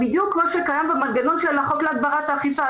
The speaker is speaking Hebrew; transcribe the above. בדיוק כמו שקיים במנגנון של החוק להגברת האכיפה.